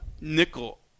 nickel